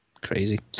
Crazy